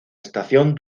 estación